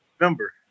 November